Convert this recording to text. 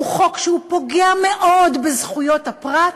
הוא חוק שפוגע מאוד בזכויות הפרט,